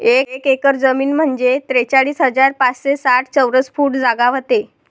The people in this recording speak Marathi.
एक एकर जमीन म्हंजे त्रेचाळीस हजार पाचशे साठ चौरस फूट जागा व्हते